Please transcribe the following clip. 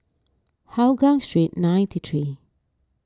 Hougang Street ninety three